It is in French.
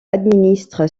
administre